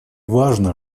важно